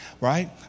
right